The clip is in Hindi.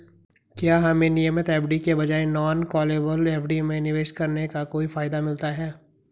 क्या हमें नियमित एफ.डी के बजाय नॉन कॉलेबल एफ.डी में निवेश करने का कोई फायदा मिलता है?